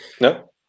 No